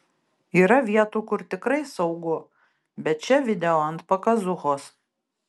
yra vietų kur tikrai saugu bet čia video ant pakazuchos